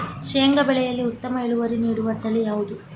ಶೇಂಗಾ ಬೆಳೆಯಲ್ಲಿ ಉತ್ತಮ ಇಳುವರಿ ನೀಡುವ ತಳಿ ಯಾವುದು?